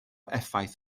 effaith